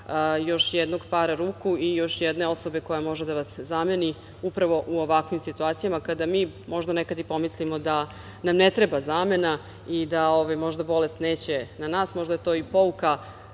još jednog para ruku i još jedne osobe koja može da vas zameni upravo u ovakvim situacijama kada mi možda nekad i pomislimo da nam ne treba zamena i da možda bolest neće na nas. Možda je to pouka